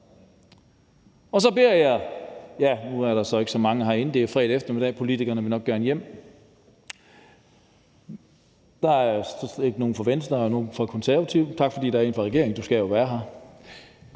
vil fortsætte. Nu er der så ikke så mange medlemmer herinde. Det er fredag eftermiddag, og politikerne vil nok gerne hjem. Der er slet ikke nogen fra Venstre eller nogen fra Konservative. Tak, fordi der er en fra regeringen; ministeren skal jo være her.